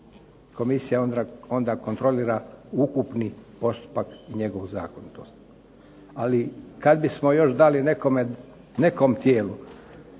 Komisija onda kontrolira ukupni postupak i njegovu zakonitost. Ali, kad bismo još dali nekom tijelu